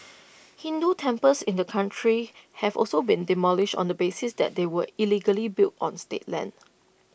Hindu temples in the country have also been demolished on the basis that they were illegally built on state land